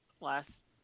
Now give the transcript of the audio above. last